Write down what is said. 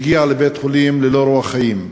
והגיעה לבית-חולים ללא רוח חיים.